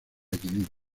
equilibrio